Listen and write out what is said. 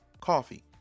Coffee